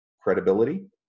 credibility